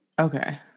okay